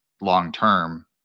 long-term